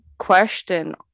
question